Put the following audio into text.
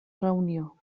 reunió